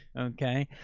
okay.